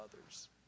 others